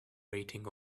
rating